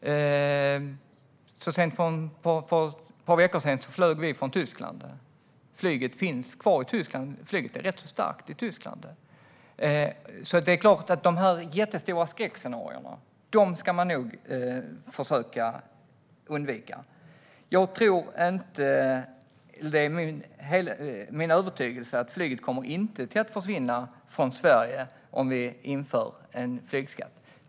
Så sent som för ett par veckor sedan flög vi från Tyskland. Flyget finns kvar och är rätt så starkt i Tyskland, så det är klart att de här jättestora skräckscenarierna ska man nog försöka undvika. Det är min övertygelse att flyget inte kommer att försvinna från Sverige om vi inför en flygskatt.